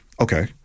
Okay